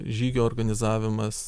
žygio organizavimas